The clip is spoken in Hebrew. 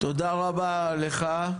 תודה רבה לך,